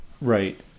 Right